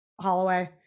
Holloway